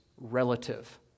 relative